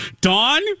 Dawn